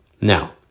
Now